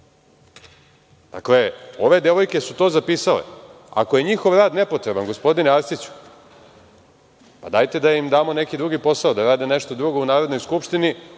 Dakle, ove devojke su to zapisale. Ako je njihov rad nepotreban, gospodine Arsiću, dajte da im damo neki drugi posao, da rade nešto drugo u Narodnoj skupštini,